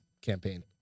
campaign